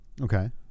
Okay